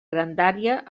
grandària